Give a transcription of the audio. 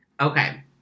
Okay